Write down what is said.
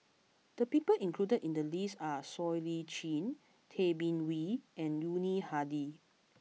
the people included in the list are Siow Lee Chin Tay Bin Wee and Yuni Hadi